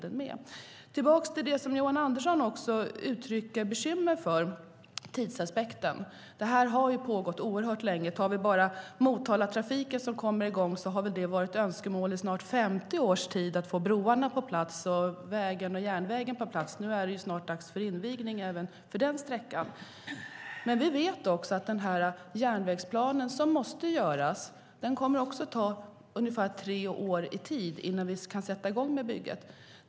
Låt mig gå tillbaka till det som Johan Andersson uttrycker bekymmer för, tidsaspekten. Det här har pågått oerhört länge. När det gäller Motalatrafiken, som snart kommer i gång, har det funnits önskemål i snart 50 år om att få såväl broarna som vägen och järnvägen på plats. Nu är det snart dags för invigning även av den sträckan. Vi vet att den järnvägsplan som måste göras kommer att ta ungefär tre år. Därefter kan vi sätta i gång med bygget.